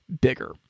bigger